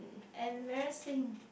embarrassing